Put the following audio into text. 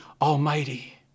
Almighty